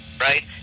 Right